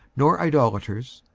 nor idolaters,